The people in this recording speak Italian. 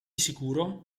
sicuro